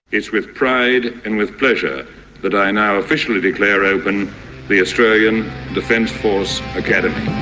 it's with pride and with pleasure that i now officially declare open the australian defence force academy.